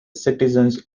citizens